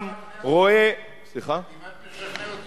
אתה כמעט משכנע,